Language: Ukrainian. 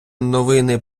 новини